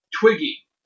Twiggy